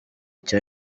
cya